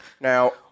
Now